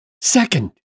Second